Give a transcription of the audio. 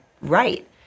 right